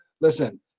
Listen